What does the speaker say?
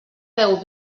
beu